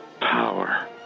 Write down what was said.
Power